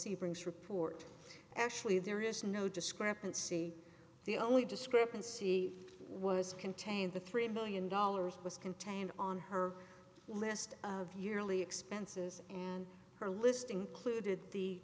see brings report actually there is no discrepancy the only discrepancy was contained the three million dollars was contained on her list of yearly expenses and her list included the